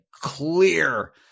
clear